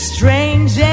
Strange